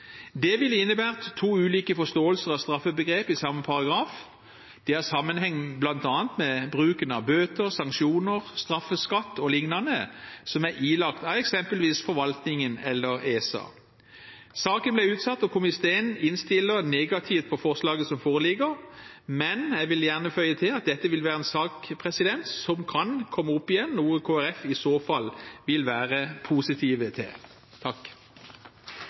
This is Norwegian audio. Det ville innebære to ulike forståelser av straffebegrepet i samme paragraf. Det har sammenheng bl.a. med bruken av bøter, sanksjoner, straffeskatt o.l. som er ilagt av eksempelvis forvaltningen eller ESA. Saken ble utsatt, og komiteen innstiller negativt på forslaget som foreligger, men jeg vil gjerne føye til at dette vil være en sak som kan komme opp igjen, noe Kristelig Folkeparti i så fall vil være positiv til.